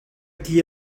qui